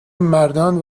مردان